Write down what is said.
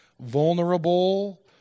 vulnerable